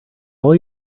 all